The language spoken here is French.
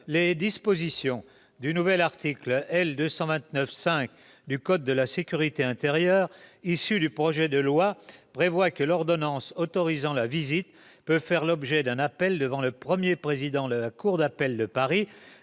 pénale. Le nouvel article L. 229-5 du code de la sécurité intérieure, issu du présent projet de loi, prévoit que l'ordonnance autorisant la visite peut faire l'objet d'un appel devant le premier président de la cour d'appel de Paris,